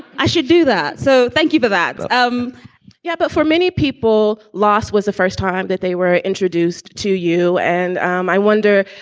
i should do that. so thank you for that um yeah, but for many people, lost was the first time that they were introduced to you. and um i wonder,